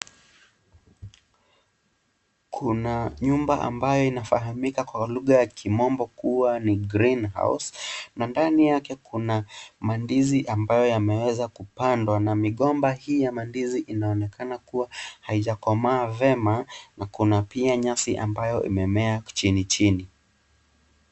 Kuna nyumba ambayo inafahamika kwa lugha ya kimombo kuwa ni greenhouse na ndani yake kuna mandizi ambazo yameweza kupandwa na migomba hii ya mandizi inaonekana kuwa haijakomaa vema na kuna pia nyasi ambayo imemea chinichini.